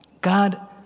God